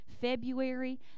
February